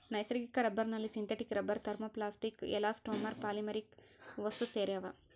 ನೈಸರ್ಗಿಕ ರಬ್ಬರ್ನಲ್ಲಿ synthetic rubber thermoplastic elastomer polymeric ವಸ್ತುಸೇರ್ಯಾವ